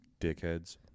dickheads